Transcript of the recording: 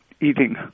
eating